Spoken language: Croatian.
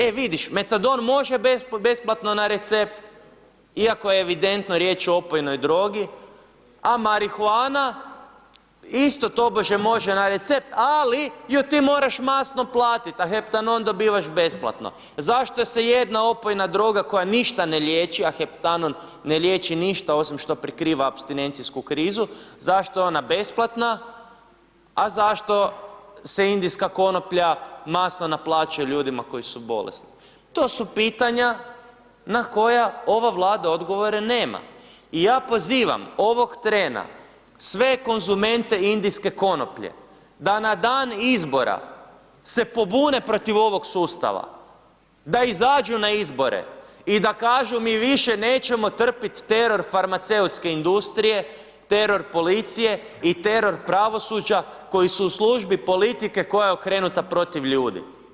E vidiš, Metadon može besplatno na recept iako je evidentno riječ o opojnoj drogi, a marihuana isto tobože može na recept ali ju ti moraš masno platiti, a Heptanon dobivaš besplatno, zašto se jedna opojna droga koja ništa ne liječi, a Heptanon ne liječi ništa osim što prikriva apstinencijsku krizu, zašto je ona besplatna, a zašto se indijska konoplja masno naplaćuje ljudima koji su bolesni, to su pitanja na koja ova Vlada odgovore nema i ja pozivam ovog trena sve konzumente indijske konoplje da na dan izbora se pobune protiv ovog sustava, da izađu na izbore i da kažu mi više nećemo trpit teror farmaceutske industrije, teror policije i teror pravosuđa koji su u službi politike koja je okrenuta protiv ljudi.